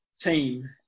team